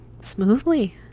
smoothly